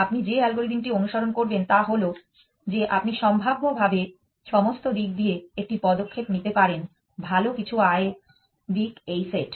আপনি যে অ্যালগরিদমটি অনুসরণ করবেন তা হল যে আপনি সম্ভাব্যভাবে সমস্ত দিক দিয়ে একটি পদক্ষেপ নিতে পারেন ভাল কিছু আয় দিক এই সেট